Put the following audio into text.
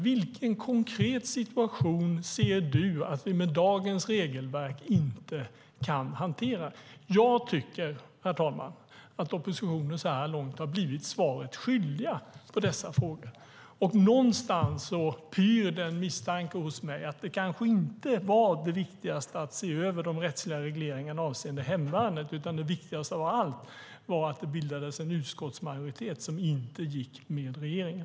Vilken konkret situation ser du att vi med dagens regelverk inte kan hantera? Jag tycker, herr talman, att oppositionen så här långt har blivit svaret skyldig på dessa frågor. Någonstans pyr det en misstanke hos mig om att det kanske inte var det viktigaste att se över de rättsliga regleringarna avseende hemvärnet, utan det viktigaste av allt var att det bildades en utskottsmajoritet som inte gick med regeringen.